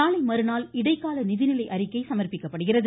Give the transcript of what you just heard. நாளை மறுநாள் இடைக்கால நிதிநிலை அறிக்கை சமா்ப்பிக்கப்படுகிறது